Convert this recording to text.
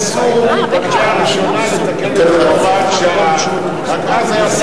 ניסו בקריאה הראשונה לתקן בהוראת שעה,